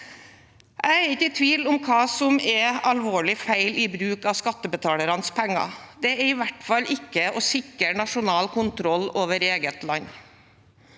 Jeg er ikke i tvil om hva som er alvorlig feil bruk av skattebetalernes penger. Det er i hvert fall ikke det å sikre nasjonal kontroll over eget land.